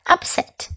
Upset